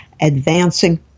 advancing